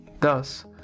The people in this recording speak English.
thus